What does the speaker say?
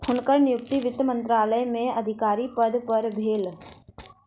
हुनकर नियुक्ति वित्त मंत्रालय में अधिकारी पद पर भेल